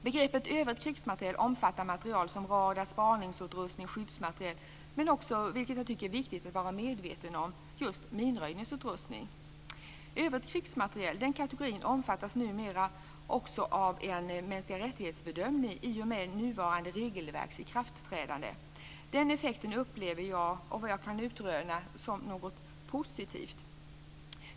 Begreppet Övrigt krigsmateriel omfattar materiel som radar, spaningsutrustning och skyddsmateriel men också, vilket jag tycker att det är viktigt att vara medveten om, just minröjningsutrustning. Kategorin Övrigt krigsmateriel omfattas numera också av en bedömning av mänskliga rättigheter i och med nuvarande regelverks ikraftträdande. Den effekten upplever jag, efter vad jag kan utröna, som något positivt.